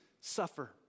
suffer